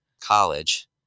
College